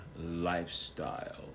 lifestyle